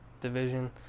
division